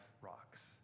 rocks